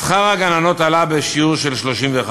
שכר הגננות עלה ב-31%;